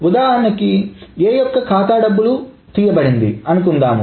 ఉదాహరణకి A యొక్క ఖాతా డబ్బు తీయబడింది అనుకుందాం